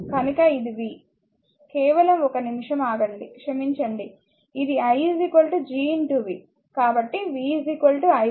కనుక ఇది v కేవలం 1 నిమిషం ఆగండి క్షమించండి ఇది i G v కాబట్టి v i G